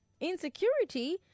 Insecurity